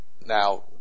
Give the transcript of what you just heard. Now